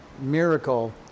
miracle